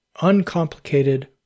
Uncomplicated